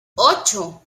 ocho